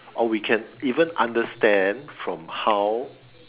or we can even understand from how